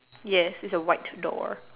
yes it's a white door